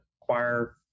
require